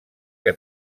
que